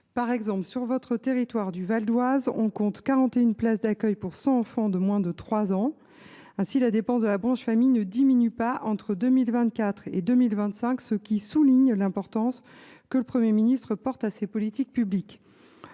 Par exemple, sur votre territoire du Val d’Oise, on compte 41 places d’accueil pour 100 enfants de moins de trois ans. Les dépenses de la branche famille ne diminuent donc pas entre 2024 et 2025, ce qui souligne l’importance que le Premier ministre porte à ces politiques publiques.